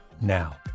now